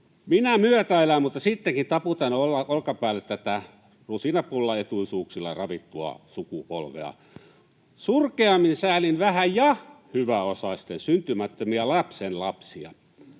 Minä myötäelän, mutta sittenkin taputan olkapäälle tätä rusinapullaetuisuuksilla ravittua sukupolvea. Surkeammin säälin vähä- ja hyväosaisten syntymättömiä lapsenlapsia.